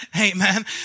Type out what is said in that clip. Amen